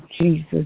Jesus